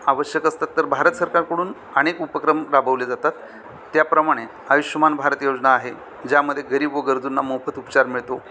आवश्यक असतात तर भारत सरकारकडून अनेक उपक्रम राबवले जातात त्याप्रमाणे आयुष्मान भारत योजना आहे ज्यामध्ये गरीब व गरजूंना मोफत उपचार मिळतो